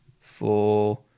four